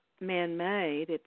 man-made